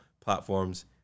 platforms